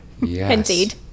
Indeed